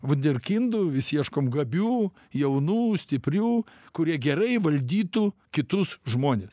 vunderkindų vis ieškom gabių jaunų stiprių kurie gerai valdytų kitus žmones